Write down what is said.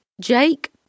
Jake